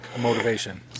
Motivation